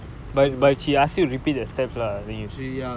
so there was [one] correct that's why the pain was on and off lah